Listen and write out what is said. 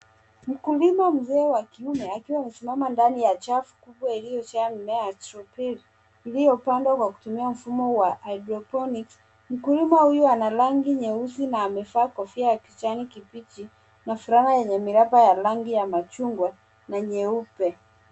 Mkulima mzee wa kiume akiwa amesimama ndani ya chafu kubwa iliyojaa mimea ya strawberry iliyopandwa kwa kutumia mfumo wa hydroponic .Mkulima huyo ana rangi nyeusi na amevaa kofia ya kijani kibichi na fulana yenye miraba ya rangi ya machungwa na nyeupe.